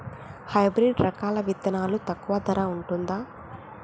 Hybrid రకాల విత్తనాలు తక్కువ ధర ఉంటుందా?